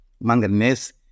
manganese